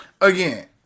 again